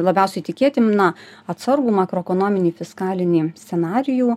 labiausiai tikėtiną atsargų makroekonominį fiskalinį scenarijų